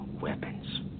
Weapons